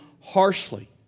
harshly